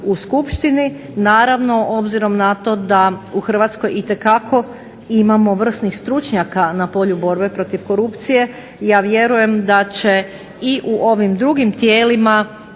u skupštini. Naravno obzirom na to da u Hrvatskoj imamo itekako vrsnih stručnjaka na polju borbe protiv korupcije, ja vjerujem da će i u ovim drugim tijelima